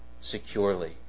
securely